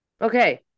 okay